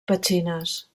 petxines